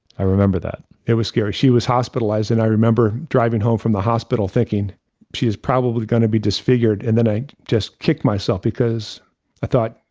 i remember that. it was scary. she was hospitalized. and i remember driving home from the hospital thinking she is probably going to be disfigured. and then i just kicked myself because i thought,